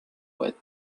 with